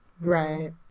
Right